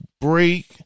break